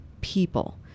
people